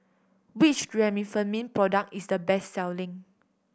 which Remifemin product is the best selling